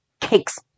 cakes